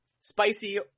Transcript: spicy